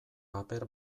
paper